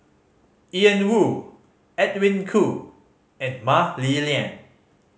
Ian Woo Edwin Koo and Mah Li Lian